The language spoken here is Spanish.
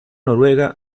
noruega